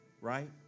right